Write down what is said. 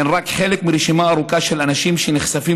הם רק חלק מרשימה ארוכה של אנשים שנחשפים